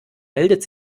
meldet